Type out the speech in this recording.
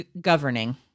governing